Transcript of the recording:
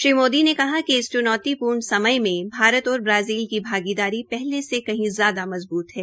श्री मोदी ने कहा कि इस चुनौती पूर्ण समय में भारत और ब्राजील की भागीदारी पहले से कहीं ज्यादा मज़बूत है